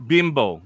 Bimbo